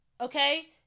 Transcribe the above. Okay